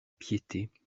piété